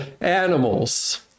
animals